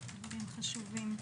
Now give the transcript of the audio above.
דברים חשובים.